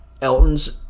elton's